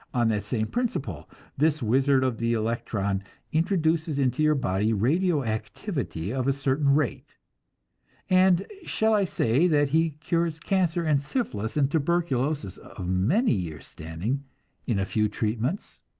on that same principle this wizard of the electron introduces into your body radio-activity of a certain rate and shall i say that he cures cancer and syphilis and tuberculosis of many years standing in a few treatments?